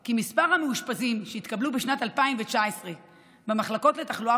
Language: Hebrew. כי מספר המאושפזים שהתקבלו בשנת 2019 במחלקות לתחלואה